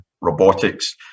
robotics